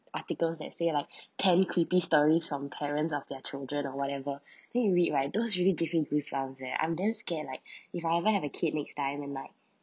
articles that say like ten creepy stories from parents of their children or whatever then you read right those really gives me goosebumps that I'm damn scared like if I ever had a kid next time and like